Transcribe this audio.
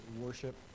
worship